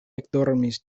ekdormis